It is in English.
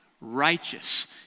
righteous